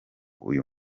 uyu